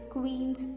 Queens